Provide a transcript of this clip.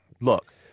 Look